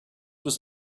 was